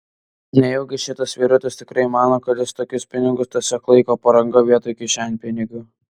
nejaugi šitas vyrutis tikrai mano kad ji tokius pinigus tiesiog laiko po ranka vietoj kišenpinigių